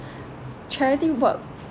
charity work